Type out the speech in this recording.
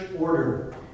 order